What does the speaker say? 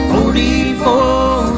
Forty-four